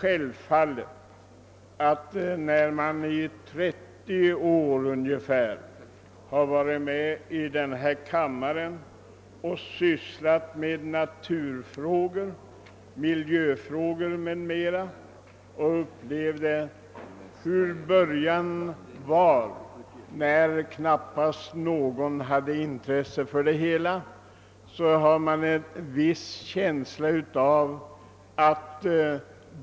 Jag har i ungefär 30 år suttit i denna kammare och sysslat med naturfrågor, miljöfrågor m.m. Jag har upplevt hur början var när knappast någon hade intresse för det hela.